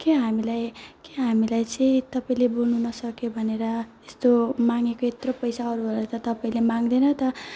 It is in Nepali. के हामीलाई के हामीलाई चाहिँ तपाईँले बोल्नु नसक्ने भनेर यस्तो मागेको यत्रो पैसा अरूहरूलाई त तपाईँले माग्दैन त